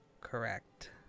Correct